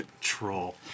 troll